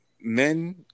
men